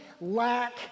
lack